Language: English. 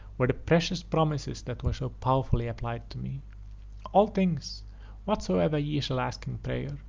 were the precious promises that were so powerfully applied to me all things whatsoever ye shall ask in prayer,